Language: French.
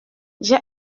j’ai